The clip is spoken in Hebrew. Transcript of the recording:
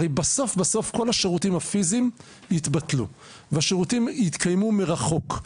הרי בסוף כל השירותים הפיזיים יתבטלו והשירותים יתנהלו מרחוק,